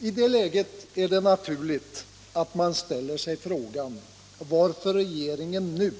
I det läget är det naturligt att man ställer sig frågan varför regeringen nu,